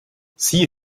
sie